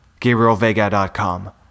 GabrielVega.com